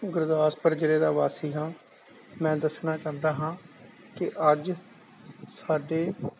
ਗੁਰਦਾਸਪੁਰ ਜ਼ਿਲ੍ਹੇ ਦਾ ਵਾਸੀ ਹਾਂ ਮੈਂ ਦੱਸਣਾ ਚਾਹੁੰਦਾ ਹਾਂ ਕਿ ਅੱਜ ਸਾਡੇ